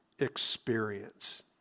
experience